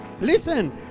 Listen